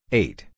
eight